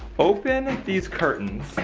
open these curtains,